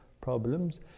problems